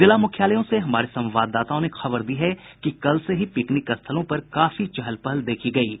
जिला मुख्यालयों से हमारे संवाददाताओं ने खबर दी है कि कल से ही पिकनिक स्थलों पर काफी चहल पहल देखी जा रही है